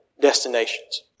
destinations